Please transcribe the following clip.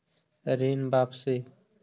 ऋण वापसी?